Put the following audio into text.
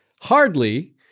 Hardly